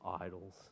idols